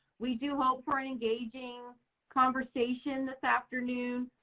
we do hope for an engaging conversation this afternoon.